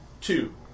Two